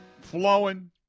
flowing